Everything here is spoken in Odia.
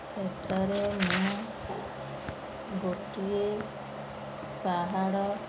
ସେଠାରେ ମୁଁ ଗୋଟିଏ ପାହାଡ଼